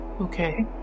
Okay